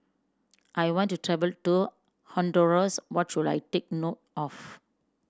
I want to travel to Honduras what should I take note of